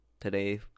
today